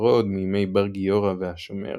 חברו עוד מימי "בר-גיורא" ו"השומר",